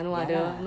ya lah